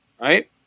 Right